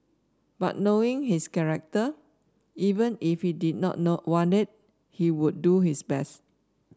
but knowing his character even if he did not not want it he would do his best